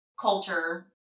culture